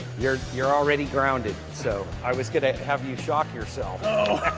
you're you're already grounded, so i was going to have you shock yourself. oh